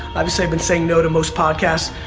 obviously, i've been saying no to most podcasts,